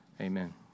amen